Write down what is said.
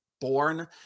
born